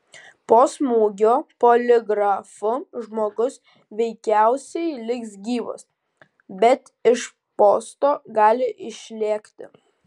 po smūgio poligrafu žmogus veikiausiai liks gyvas bet iš posto gali išlėkti